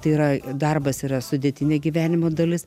tai yra darbas yra sudėtinė gyvenimo dalis